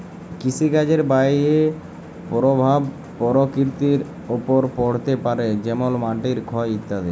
কৃষিকাজের বাহয়ে পরভাব পরকৃতির ওপর পড়তে পারে যেমল মাটির ক্ষয় ইত্যাদি